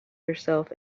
yourself